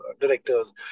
directors